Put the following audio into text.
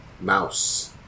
mouse